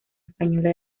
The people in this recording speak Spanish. española